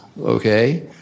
okay